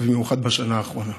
ובמיוחד בשנה האחרונה.